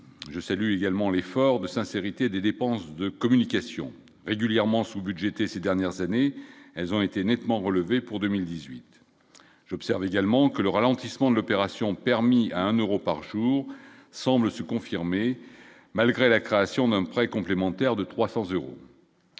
je salue également l'effort de sincérité des dépenses de communication régulièrement sous budgété ces dernières années, elles ont été nettement relevé pour 2018 j'observe également que le ralentissement de l'opération, permis à un Euro par jour semble se confirmer, malgré la création d'un prêt complémentaire de 300 euros,